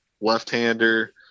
left-hander